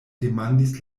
demandis